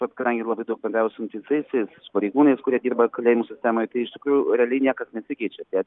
pats kadangi labai daug bendrauju su nuteistaisiais su pareigūnais kurie dirba kalėjimų sistemoj tai iš tikrųjų realiai niekas nesikeičia tie